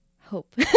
hope